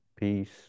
peace